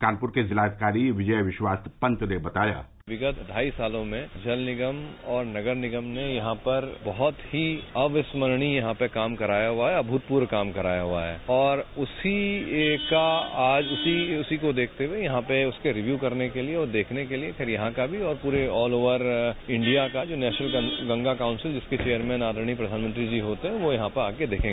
कानपुर के जिलाधिकारी विजय विश्वास पंत ने बताया विगत ढ़ाई सालों में जल निगम और नगर निगम ने यहां पर बहुत ही अविस्मरणीय यहां पर काम कराया हुआ है अभूतपूर्व काम कराया है और उसी का आज उसी को देखते हुए यहां पर उसके रिव्यू करने के लिए और यहां का और पूरे ऑल ओवर इण्डिया का जो नेशनल इण्डिया गंगा काजंसल जिसके चेयरमैन आदरणीय प्रधानमंत्री जी होते हैं वह यहां आकर देखंगे